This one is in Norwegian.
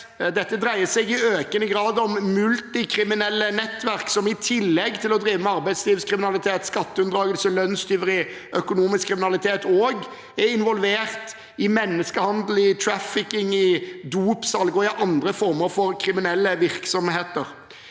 Dette dreier seg i økende grad om multikriminelle nettverk, som i tillegg til å drive med arbeidslivskriminalitet, skatteunndragelse, lønnstyveri og økonomisk kriminalitet også er involvert i menneskehandel, trafficking, dopsalg og andre former for kriminelle virksomheter.